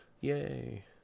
yay